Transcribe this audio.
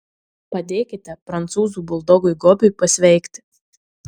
padėkite prancūzų buldogui gobiui pasveikti